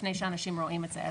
לפני שאנשים רואים את זה.